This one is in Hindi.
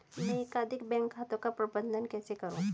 मैं एकाधिक बैंक खातों का प्रबंधन कैसे करूँ?